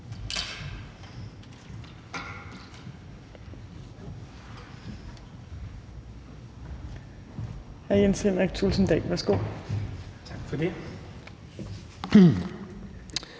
Tak for det.